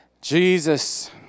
Jesus